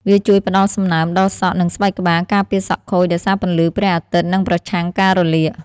វាជួយផ្តល់សំណើមដល់សក់ និងស្បែកក្បាល ការពារសក់ខូចដោយសារពន្លឺព្រះអាទិត្យ និងប្រឆាំងការរលាក។